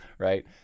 Right